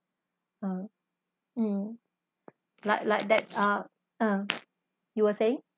um mm like like that uh um you were saying